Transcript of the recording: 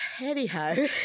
Anyhow